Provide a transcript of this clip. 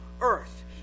earth